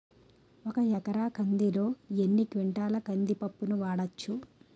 ఒక ఎకర కందిలో ఎన్ని క్వింటాల కంది పప్పును వాడచ్చు?